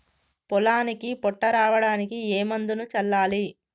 పొలానికి పొట్ట రావడానికి ఏ మందును చల్లాలి?